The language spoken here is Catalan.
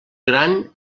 gran